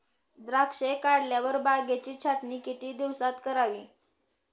द्राक्षे काढल्यावर बागेची छाटणी किती दिवसात करावी?